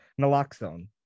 naloxone